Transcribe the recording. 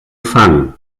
fang